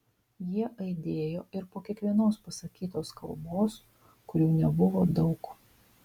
jie aidėjo ir po kiekvienos pasakytos kalbos kurių nebuvo daug